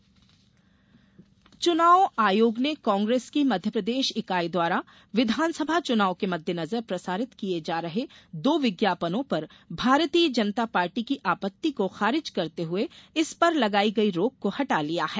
चुनाव प्रचार चुनाव आयोग ने कांग्रेस की मध्यप्रदेश इकाई द्वारा विधानसभा चुनाव के मद्देनजर प्रसारित किए जा रहे दो विज्ञापनों पर भारतीय जनता पार्टी की आपत्ति को खारिज करते हुए इस पर लगायी गयी रोक को हटा लिया है